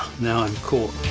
now i'm caught.